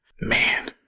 man